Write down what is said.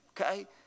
Okay